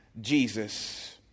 Jesus